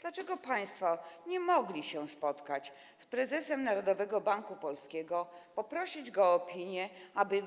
Dlaczego państwo nie mogli się spotkać z prezesem Narodowego Banku Polskiego, poprosić go o opinię, aby